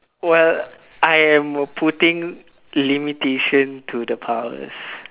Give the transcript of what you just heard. well I am putting limitation to the powers